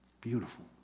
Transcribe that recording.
beautiful